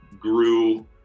grew